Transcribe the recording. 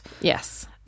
Yes